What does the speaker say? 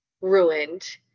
ruined